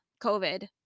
COVID